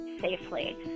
safely